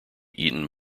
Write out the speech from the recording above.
eaten